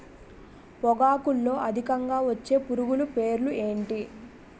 పొగాకులో అధికంగా వచ్చే పురుగుల పేర్లు ఏంటి